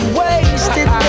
wasted